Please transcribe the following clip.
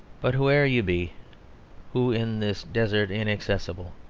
but whoe'er you be who in this desert inaccessible,